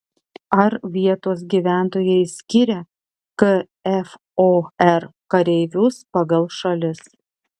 ar vietos gyventojai skiria kfor kareivius pagal šalis